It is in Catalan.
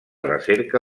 recerca